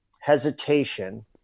hesitation